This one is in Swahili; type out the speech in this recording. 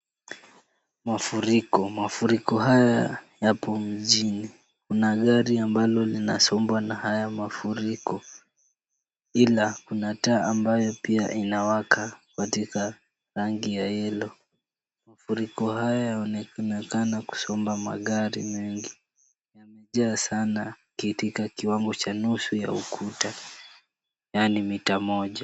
Mafuriko , mafuriko haya yapo mjini .Kuna gari ambalo linasombwa na haya mafuriko ,ila kuna taa ambayo pia inawaka katika rangi ya yellow .Mafuriko haya yanaonekana kusomba magari mengi. Jaa sana katika kiwango cha nusu ya ukuta yaani mita moja.